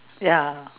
ya